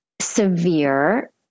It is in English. severe